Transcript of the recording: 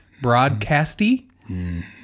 broadcasty